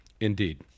indeed